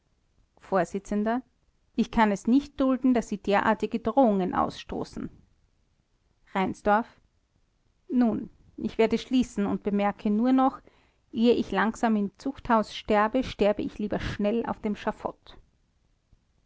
vors ich kann es nicht dulden daß sie derartige drohungen ausstoßen r nun ich werde schließen und bemerke nur noch ehe ich langsam im zuchthaus sterbe sterbe ich lieber schnell auf dem schafott